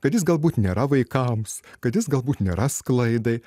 kad jis galbūt nėra vaikams kad jis galbūt nėra sklaidai